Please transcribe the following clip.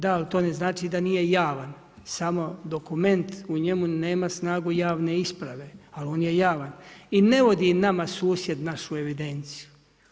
Da, ali to ne znači da nije javan, samo dokument u njemu nema snagu javne isprave, ali on je javan i ne vodi nama susjed našu evidenciju.